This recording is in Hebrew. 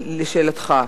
לשאלתך,